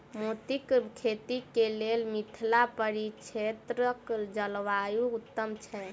मोतीक खेती केँ लेल मिथिला परिक्षेत्रक जलवायु उत्तम छै?